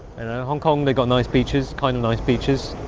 and hong kong, they've got nice beaches kind of nice beaches.